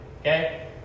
okay